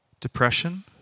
Depression